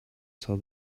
saw